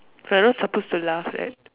we're not supposed to laugh right